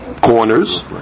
corners